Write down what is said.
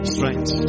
Strength